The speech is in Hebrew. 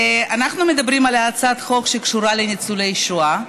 אנחנו מדברים על הצעת חוק שקשורה לניצולי שואה,